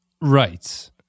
Right